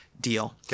deal